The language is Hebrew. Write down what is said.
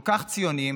כל כך ציונים,